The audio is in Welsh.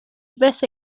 fyth